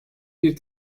bir